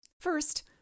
First